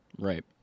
Right